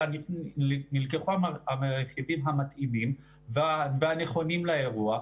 אלא נלקחו הרכיבים המתאימים והנכונים לאירוע,